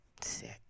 sick